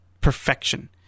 perfection